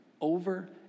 over